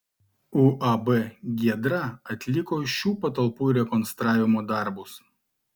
uab giedra atliko šių patalpų rekonstravimo darbus